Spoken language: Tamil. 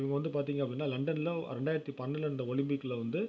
இவங்க வந்து பார்த்தீங்க அப்படின்னா லண்டனில் ரெண்டாயிரத்தி பன்னெண்டில் நடந்த ஒலிம்பிக்கில் வந்து